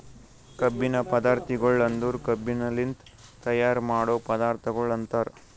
ಕಬ್ಬಿನ ಪದಾರ್ಥಗೊಳ್ ಅಂದುರ್ ಕಬ್ಬಿನಲಿಂತ್ ತೈಯಾರ್ ಮಾಡೋ ಪದಾರ್ಥಗೊಳ್ ಅಂತರ್